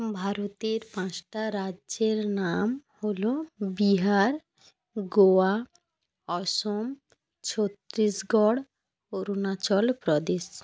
ভারতের পাঁচটা রাজ্যের নাম হল বিহার গোয়া অসম ছত্রিশগড় অরুণাচলপ্রদেশ